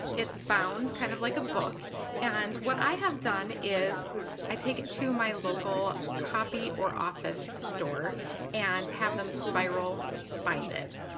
it's bound kind of like a book and what i have done is i take it to my local copy or office store and have them spiral bind it.